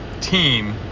team